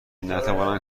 نتوانند